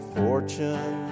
fortune